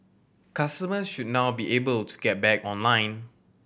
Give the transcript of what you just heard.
customer should now be able to get back online